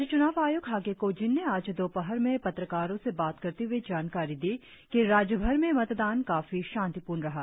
राज्य चूनाव आय्क्त हागे कोजीन ने आज दोपहर मे पत्रकारो से बात करते हुए जानकारी दी कि राज्यभर में मतदान काफी शांतिपूर्ण रहा